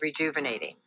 rejuvenating